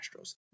Astros